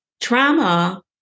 trauma